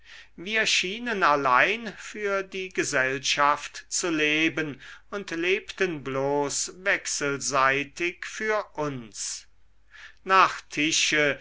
wir schienen allein für die gesellschaft zu leben und lebten bloß wechselseitig für uns nach tische